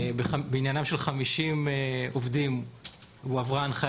בעניינם של 50 עובדים הועברה הנחיה